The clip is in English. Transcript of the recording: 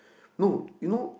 no you know